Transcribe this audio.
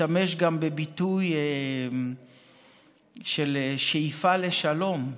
והשתמש גם בביטוי של שאיפה לשלום: